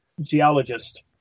geologist